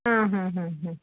ಹ್ಞೂ ಹ್ಞೂ ಹ್ಞೂ ಹ್ಞೂ